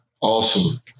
Awesome